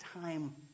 time